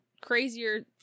crazier